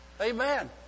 amen